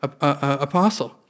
apostle